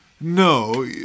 No